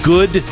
Good